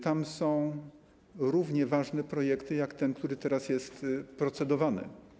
Tam są równie ważne projekty jak ten, który teraz jest procedowany.